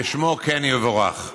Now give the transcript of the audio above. כשמו כן יבורך.